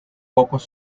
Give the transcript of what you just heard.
pocos